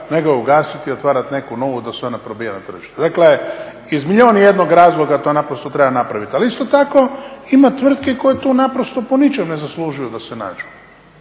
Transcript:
nego ugasiti i otvarati neku novu da se ona probija na tržištu. Dakle, iz milijun i jednog razloga to naprosto treba napraviti. Ali isto tako ima tvrtki koje tu naprosto po ničemu ne zaslužuju da se nađu